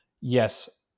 Yes